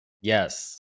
Yes